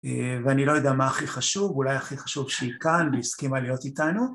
ואני לא יודע מה הכי חשוב, אולי הכי חשוב שהיא כאן והסכימה להיות איתנו.